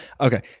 okay